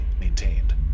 maintained